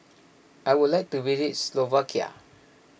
I would like to visit Slovakia